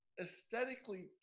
aesthetically